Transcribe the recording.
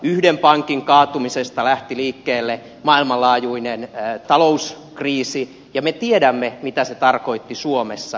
yhden pankin kaatumisesta lähti liikkeelle maailmanlaajuinen talouskriisi ja me tiedämme mitä se tarkoitti suomessa